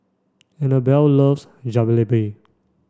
Annabell loves Jalebi